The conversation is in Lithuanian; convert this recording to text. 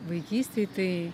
vaikystėj tai